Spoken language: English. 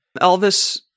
Elvis